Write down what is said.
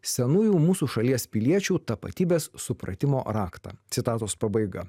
senųjų mūsų šalies piliečių tapatybės supratimo raktą citatos pabaiga